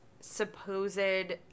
supposed